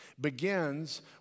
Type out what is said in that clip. begins